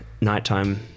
nighttime